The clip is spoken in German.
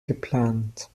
geplant